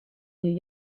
new